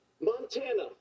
Montana